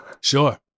Sure